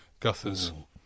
Guthers